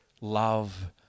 love